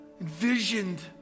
envisioned